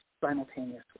simultaneously